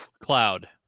Cloud